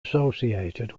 associated